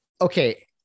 okay